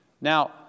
Now